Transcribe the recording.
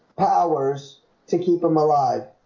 powers to keep him alive,